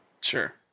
Sure